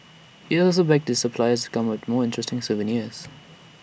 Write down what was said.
he has also begged his suppliers come up more interesting souvenirs